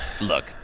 Look